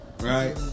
Right